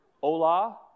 hola